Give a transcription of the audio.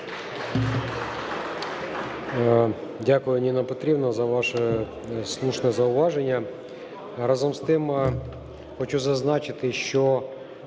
Дякую, Ніно Петрівно, за ваше слушне зауваження.